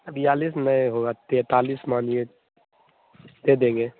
बयालीस नहीं होगा तैंतालीस मानिए दे देंगे